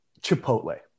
Chipotle